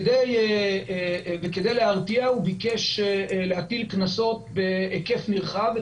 כדי להרתיע, הוא ביקש להטיל קנסות בהיקף נרחב,